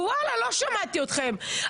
ווואלה לא שמעתי אתכם.